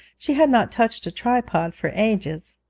she had not touched a tripod for ages.